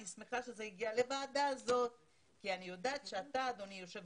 אני שמחה שזה הגיעה לוועדה הזאת כי אני יודעת שאתה אדוני יושב